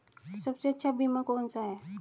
सबसे अच्छा बीमा कौन सा है?